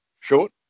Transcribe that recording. short